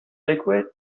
liquid